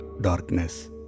darkness